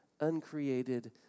uncreated